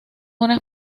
una